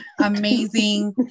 amazing